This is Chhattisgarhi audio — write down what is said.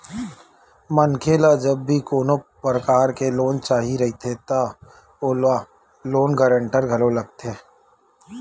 मनखे ल जब भी कोनो परकार के लोन चाही रहिथे त ओला लोन गांरटर घलो लगथे